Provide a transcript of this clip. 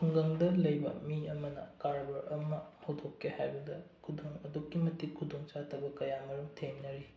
ꯈꯨꯡꯒꯪꯗ ꯂꯩꯕ ꯃꯤ ꯑꯃꯅ ꯀꯔꯕꯥꯔ ꯑꯃ ꯍꯧꯗꯣꯛꯀꯦ ꯍꯥꯏꯕꯗ ꯈꯨꯗꯣꯡ ꯑꯗꯨꯛꯀꯤ ꯃꯇꯤꯛ ꯈꯨꯗꯣꯡ ꯆꯥꯗꯕ ꯀꯌꯥ ꯃꯔꯨꯝ ꯊꯦꯡꯅꯔꯤ